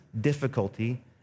difficulty